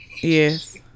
Yes